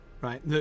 right